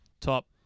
top